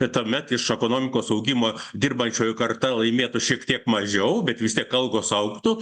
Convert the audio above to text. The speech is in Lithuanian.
tuomet iš ekonomikos augimo dirbančiųjų karta laimėtų šiek tiek mažiau bet vis tiek algos augtų